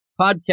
podcast